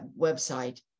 website